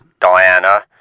Diana